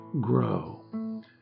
grow